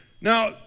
Now